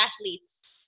athletes